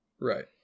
Right